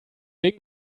ding